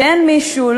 שאין מישהו,